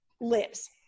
lives